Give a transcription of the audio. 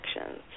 actions